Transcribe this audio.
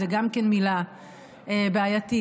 זאת גם מילה בעייתית,